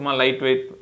lightweight